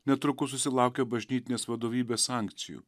netrukus susilaukė bažnytinės vadovybės sankcijų